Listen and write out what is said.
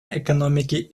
экономики